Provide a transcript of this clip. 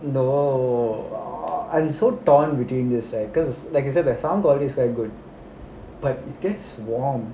oh I'm so torn between this right because the sound is very good but it gets warm